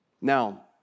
Now